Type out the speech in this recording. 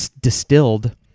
distilled